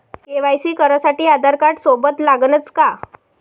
KYC करासाठी आधारकार्ड सोबत लागनच का?